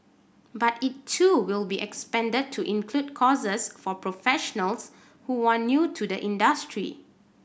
but it too will be expanded to include courses for professionals who are new to the industry